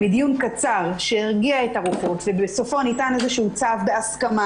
בדיון קצר שמרגיע את הרוחות ובסופו ניתן צו בהסכמה,